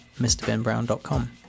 mrbenbrown.com